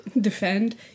defend